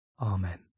Amen